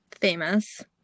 famous